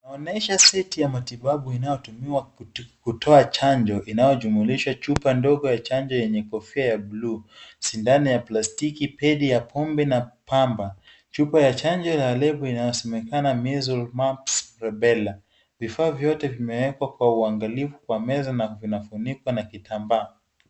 Inaonyesha seti ya matibabu inayotumiwa kutoa chanjo inayojumulisha chupa ndogo ya chanjo yenye kofia ya bluu, sindano ya plastiki, pedi ya pombe na pamba. Chupa ya chanjo ina lebo inayosemekana measles, mumps, rubela . Vifaa vyote vimewekwa kwa uangalifu kwa meza na vinafunikwa na kitambaa.